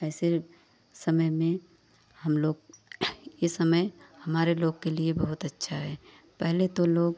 ऐसे समय में हम लोग यह समय हमारे लोग के लिए बहुत अच्छा है पहले तो लोग